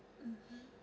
mmhmm